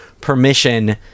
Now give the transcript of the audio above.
permission